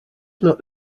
not